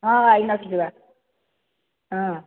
ହଁ ଆଇନକ୍ସ ଯିବା ହଁ